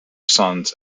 sons